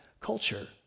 culture